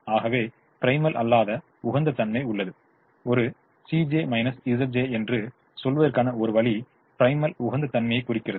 ஆகவே ப்ரிமல் அல்லாத உகந்த தன்மை உள்ளது ஒரு என்று சொல்வதற்கான ஒரு வழி ப்ரிமலின் உகந்த தன்மையைக் குறிக்கிறது